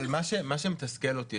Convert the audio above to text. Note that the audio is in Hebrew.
מה שמתסכל אותי,